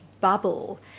bubble